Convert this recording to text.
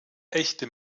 echte